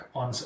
on